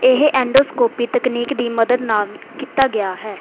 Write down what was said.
ਇਹ ਐਂਡੋਸਕੋਪੀ ਤਕਨੀਕ ਦੀ ਮਦਦ ਨਾਲ ਕੀਤਾ ਗਿਆ ਹੈ